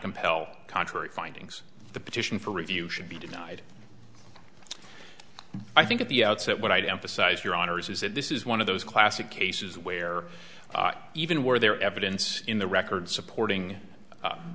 compel contrary findings the petition for review should be denied i think at the outset what i'd emphasize your honour's is that this is one of those classic cases where even where there are evidence in the record supporting